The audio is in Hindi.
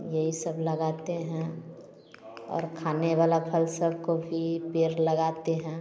यही सब लगाते हैं और खाने वाला फल सब को भी पेड़ लगाते हैं